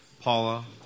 Paula